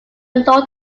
lord